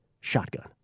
shotgun